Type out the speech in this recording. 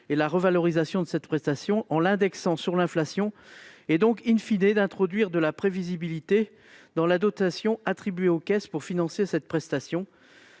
et la revalorisation de cette prestation, en l'indexant sur l'inflation et donc d'introduire de la prévisibilité dans la dotation attribuée aux caisses pour financer cette prestation.